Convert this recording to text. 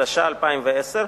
התש"ע 2010,